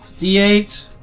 D8